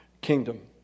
kingdom